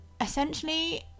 essentially